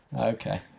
Okay